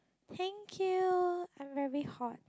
thank you I'm very hot